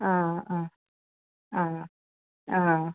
അ അത അ അ